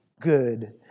good